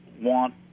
want